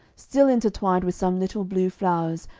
still intertwined with some little blue flowers,